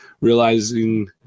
realizing